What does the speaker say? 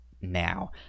now